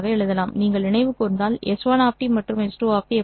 நீங்கள் நினைவு கூர்ந்தால் S1 மற்றும் S2 எப்படி இருக்கும்